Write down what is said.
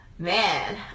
man